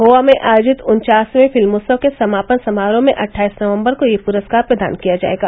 गोवा में आयोजित उन्वासवें फिल्मोत्सव के समापन समारोह में अट्ठाईस नवंबर को ये पुरस्कार प्रदान किया जायेगा